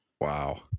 Wow